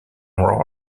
roll